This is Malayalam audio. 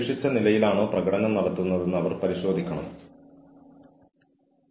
ഒരു ജോലിസ്ഥലത്തെ ഭീഷണിപ്പെടുത്തൽ ഉപദ്രവിക്കൽ നയം രൂപപ്പെടുത്തുകയും നടപ്പിലാക്കുകയും ചെയ്യുക